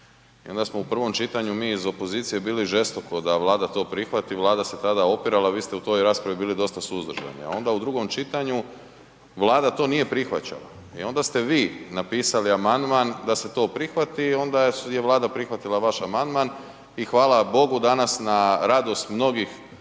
I onda smo u prvom čitanju mi iz opozicije bili žestoko da Vlada to prihvati, Vlada se tada opirala, vi ste u toj raspravi bili dosta suzdržani. A onda u drugom čitanju Vlada to nije prihvaćala i onda ste vi napisali amandman da se to prihvati i onda je Vlada prihvatila vaš amandman i hvala Bogu danas na radost mnogih